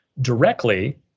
directly